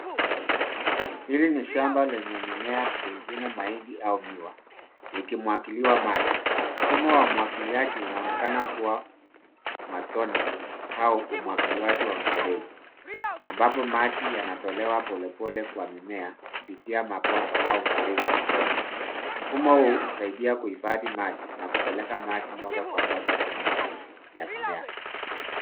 Hili ni shamba lenye mimea pengine mahindi au miwa likimwagiliwa maji. Mfumo wa umwagiliaji unaonekana kuwa matone au umwagiliaji wa mfereji ambapo maji yanatolewa polepole kwa mimea kupitia mabomba au mifereji midogo. Mfumo huu husaidia kuhifadhi maji na kupeleka maji moja kwa moja kwenye mizizi ya mimea.